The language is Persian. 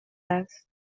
است